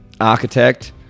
architect